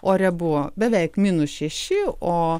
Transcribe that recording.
ore buvo beveik minus šeši o